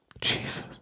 Jesus